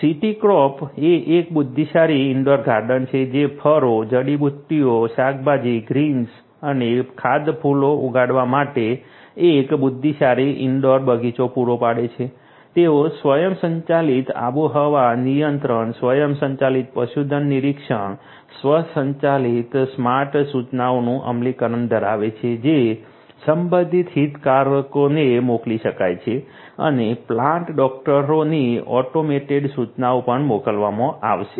city crop એ એક બુદ્ધિશાળી ઇન્ડોર ગાર્ડન છે જે ફળો જડીબુટ્ટીઓ શાકભાજી ગ્રીન્સ અને ખાદ્ય ફૂલો ઉગાડવા માટે એક બુદ્ધિશાળી ઇન્ડોર બગીચો પૂરો પાડે છે તેઓ સ્વયંસંચાલિત આબોહવા નિયંત્રણ સ્વયંસંચાલિત પશુધન નિરીક્ષણ સ્વચાલિત સ્માર્ટ સૂચનાઓનું અમલીકરણ ધરાવે છે જે સંબંધિત હિતધારકોને મોકલી શકાય છે અને પ્લાન્ટ ડોકટરોની ઓટોમેટેડ સૂચનાઓ પણ મોકલવામાં આવશે